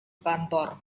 kantor